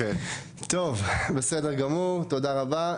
טוב, בסדר גמור, תודה רבה.